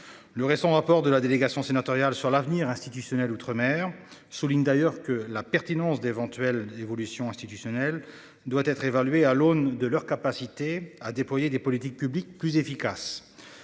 Le récent rapport de la délégation sénatoriale sur l'avenir institutionnel outre-mer souligne d'ailleurs que la pertinence d'éventuelles évolutions institutionnelles doit être évaluée à l'aune de leur capacité à déployer des politiques publiques plus efficaces.